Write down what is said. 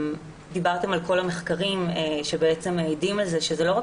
דיברתם על כל המחקרים שבעצם מעידים על זה שלא רק